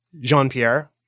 Jean-Pierre